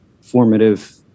formative